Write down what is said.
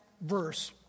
verse